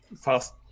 fast